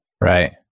Right